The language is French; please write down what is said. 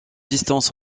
distance